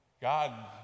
God